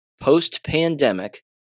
Post-Pandemic